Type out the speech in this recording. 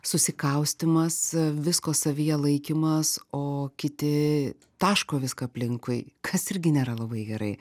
susikaustymas visko savyje laikymas o kiti taško viską aplinkui kas irgi nėra labai gerai